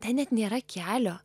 ten net nėra kelio